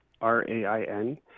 r-a-i-n